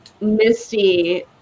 Misty